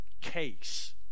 case